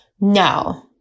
No